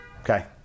Okay